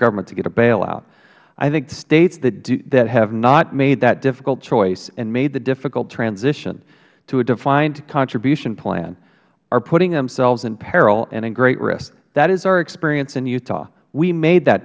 government to get a bailout i think the states that have not made that difficult choice and made the difficult transition to a defined contribution plan are putting themselves in peril and at great risk that is our experience in utah we made that